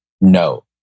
no